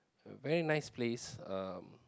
a very nice place uh